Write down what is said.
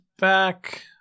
back